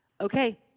okay